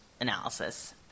analysis